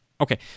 Okay